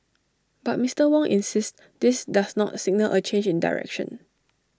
but Mister Wong insists this does not signal A change in direction